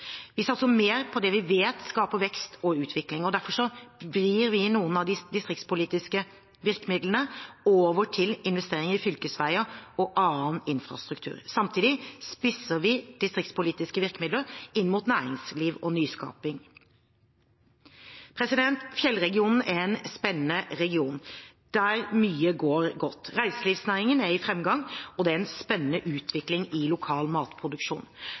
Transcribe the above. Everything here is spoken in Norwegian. Vi satser mer på det vi vet skaper vekst og utvikling. Derfor vrir vi noen av de distriktspolitiske virkemidlene over til investeringer i fylkesveier og annen infrastruktur. Samtidig spisser vi distriktspolitiske virkemidler inn mot næringsliv og nyskaping. Fjellregionen er en spennende region, der mye går godt. Reiselivsnæringen er i framgang, og det er en spennende utvikling i lokal matproduksjon.